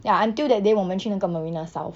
ya until that day 我们去那个 marina south